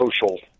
social